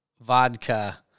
vodka